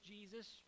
Jesus